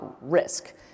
risk